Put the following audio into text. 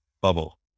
bubble